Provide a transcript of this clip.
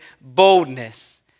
boldness